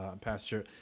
Pastor